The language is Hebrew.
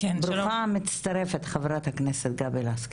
ברוכה המצטרפת, חברת הכנסת גבי לסקי.